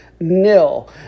nil